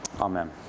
Amen